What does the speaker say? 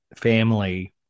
family